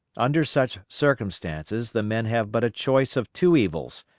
under such circumstances, the men have but a choice of two evils,